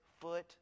foot